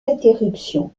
interruption